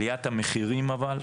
עלייה המחירים אבל,